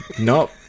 No